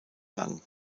lang